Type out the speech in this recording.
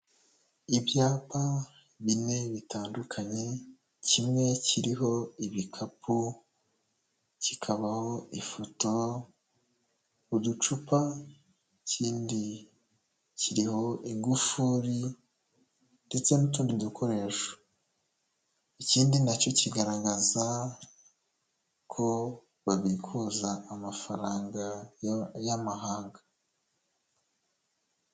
Ibyapa bine bitandukanye, kimwe kiriho ibikapu, kikabaho ifoto, uducupa, ik'indi kiriho ingufuri ndetse n'utundi dukoresho, ikindi nacyo kigaragaza ko babikuza amafaranga y'amahanga.